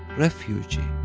refugee.